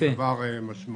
זה דבר משמעותי.